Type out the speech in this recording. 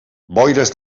boires